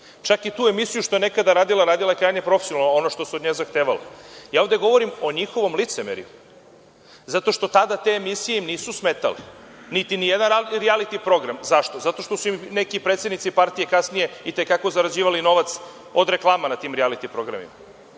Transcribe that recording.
Čak i tu emisiju što je nekada radila, radila je krajnje profesionalno ono što se od nje zahtevalo. Ja ovde govorim o njihovom licemerju, zato što tada te emisije im nisu smetale, niti nijedan rijaliti program. Zašto? Zato što su im neki predsednici partije kasnije itekako zarađivali novac od reklama na tim rijaliti programima.